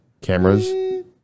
cameras